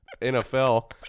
NFL